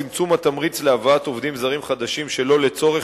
צמצום התמריץ להבאת עובדים זרים חדשים שלא לצורך,